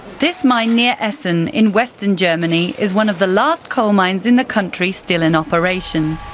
this mine near essen in western germany is one of the last coal mines in the country still in operation.